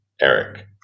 Eric